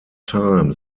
time